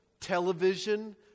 television